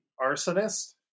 arsonist